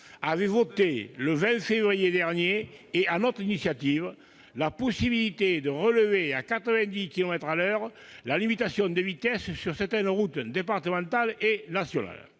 a voté le 20 février dernier, sur notre initiative, la possibilité de relever à 90 kilomètres à l'heure la limitation de vitesse sur certaines routes départementales et nationales.